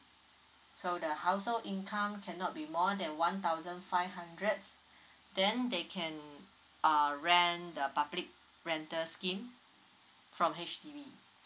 so the household income cannot be more than one thousand five hundred then they can uh rent the public rental scheme from H_D_B